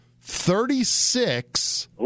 thirty-six